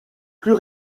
plus